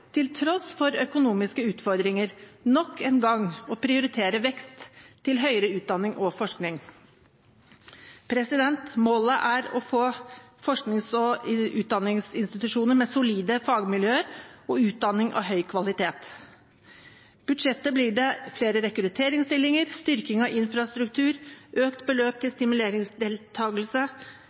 til tross for økonomiske utfordringer nok en gang å prioritere vekst til høyere utdanning og forskning. Målet er å få forsknings- og utdanningsinstitusjoner med solide fagmiljøer og utdanning av høy kvalitet. Med dette budsjettet blir det flere rekrutteringsstillinger, styrking av infrastruktur og økt beløp til